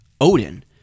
Odin